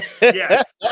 Yes